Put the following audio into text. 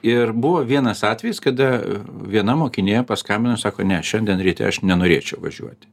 ir buvo vienas atvejis kada viena mokinė paskambino sako ne šiandien ryte aš nenorėčiau važiuoti